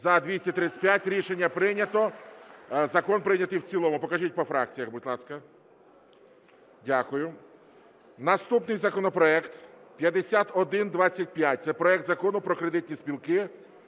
За-235 Рішення прийнято. Закон прийнятий в цілому. Покажіть по фракціях, будь ласка. Дякую. Наступний законопроект 5125 – це проект Закону про кредитні спілки